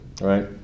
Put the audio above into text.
right